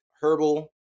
herbal